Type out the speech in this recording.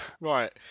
Right